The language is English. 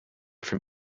from